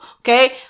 okay